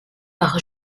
par